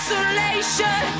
Isolation